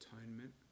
atonement